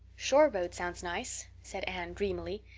shore road sounds nice, said anne dreamily.